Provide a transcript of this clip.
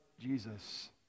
Jesus